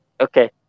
Okay